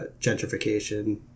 gentrification